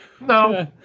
No